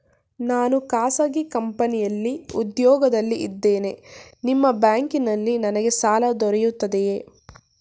ನಾನು ಖಾಸಗಿ ಕಂಪನಿಯಲ್ಲಿ ಉದ್ಯೋಗದಲ್ಲಿ ಇದ್ದೇನೆ ನಿಮ್ಮ ಬ್ಯಾಂಕಿನಲ್ಲಿ ನನಗೆ ಸಾಲ ದೊರೆಯುತ್ತದೆಯೇ?